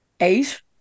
eight